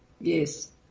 Yes